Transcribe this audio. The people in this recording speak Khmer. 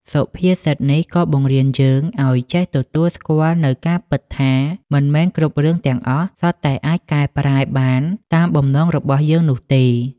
សុភាសិតនេះក៏បង្រៀនយើងឱ្យចេះទទួលស្គាល់នូវការពិតថា មិនមែនគ្រប់រឿងទាំងអស់សុទ្ធតែអាចកែប្រែបានតាមបំណងរបស់យើងនោះទេ។